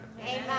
Amen